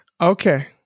Okay